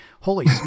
holy